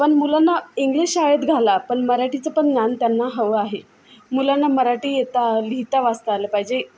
पण मुलांना इंग्लिश शाळेत घाला पण मराठीचं पण ज्ञान त्यांना हवं आहे मुलांना मराठी येता लिहिता वाचता आलं पाहिजे